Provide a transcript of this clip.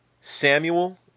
Samuel